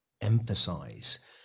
emphasize